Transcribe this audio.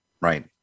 Right